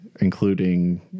including